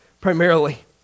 primarily